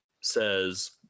says